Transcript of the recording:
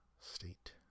state